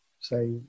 say